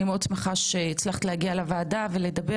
אני שמחה מאוד שהצלחת להגיע לוועדה ולדבר